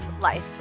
life